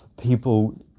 people